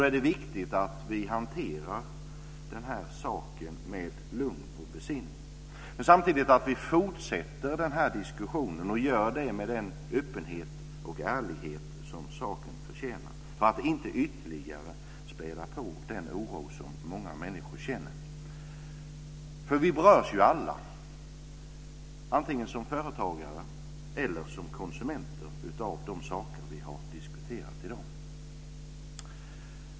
Då är det viktigt att vi hanterar den här saken med lugn och besinning, men samtidigt att vi fortsätter diskussionen och gör det med den öppenhet och ärlighet som saken förtjänar för att inte ytterligare späda på den oro som många människor känner. Vi berörs ju alla, antingen som företagare eller som konsumenter, av de saker vi har diskuterat i dag.